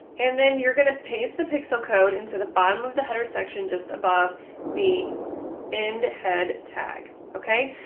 and then you're going to pass the pixel code into the bottom of the header section just above the and head tag. ok,